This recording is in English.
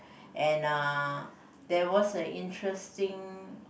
and uh there was a interesting